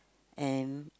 and